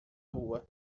rua